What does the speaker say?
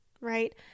right